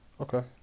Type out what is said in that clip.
Okay